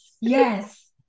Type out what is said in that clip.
Yes